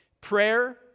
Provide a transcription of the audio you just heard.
Prayer